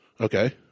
Okay